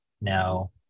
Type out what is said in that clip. Now